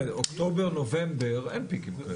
אוקטובר, נובמבר אין פיקים כאלה.